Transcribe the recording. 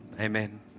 Amen